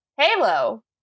Halo